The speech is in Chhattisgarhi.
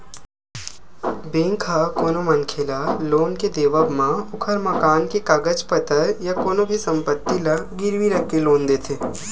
बेंक ह कोनो मनखे ल लोन के देवब म ओखर मकान के कागज पतर या कोनो भी संपत्ति ल गिरवी रखके लोन देथे